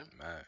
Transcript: Man